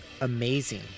amazing